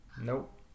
Nope